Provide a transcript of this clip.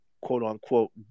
quote-unquote